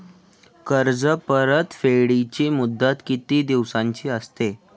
कर्ज परतफेडीची मुदत किती दिवसांची असते?